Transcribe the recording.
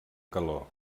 calor